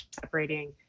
separating